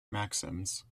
maxims